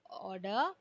order